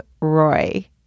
Roy